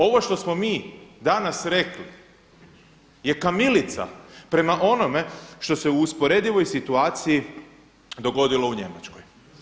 Ovo što smo mi danas rekli je kamilica prema onome što se u usporedivoj situaciji dogodilo u Njemačkoj.